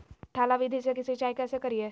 थाला विधि से सिंचाई कैसे करीये?